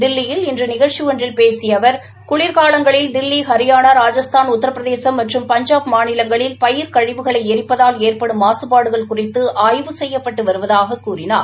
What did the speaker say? தில்லியில் இன்று நிகழ்ச்சி ஒன்றில் பேசிய அவர் குளிர்காலங்களில் தில்லி ஹரியானா ராஜஸ்தான் உத்திரபிரதேஷ் மற்றும் பஞ்சாப் மாநிலங்களில் பயிர் கழிவுகளை எரிப்பதால் ஏற்படும் மாகபாடுகள் குறித்து அய்வு செய்யப்பட்டு வருவதாகக் கூறினார்